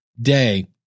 day